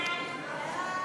סעיפים 1 6 נתקבלו.